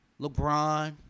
LeBron